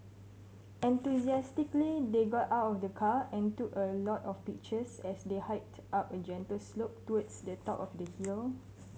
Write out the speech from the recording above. enthusiastically they got out of the car and took a lot of pictures as they hiked up a gentle slope towards the top of the hill